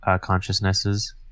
consciousnesses